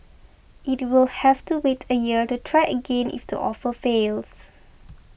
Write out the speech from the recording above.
it will have to wait a year to try again if the offer fails